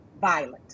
violent